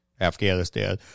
Afghanistan